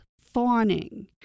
fawning